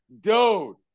Dude